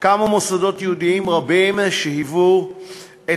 קמו מוסדות יהודיים רבים שהיוו את